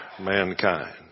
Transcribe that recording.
mankind